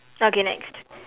okay next